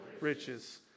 riches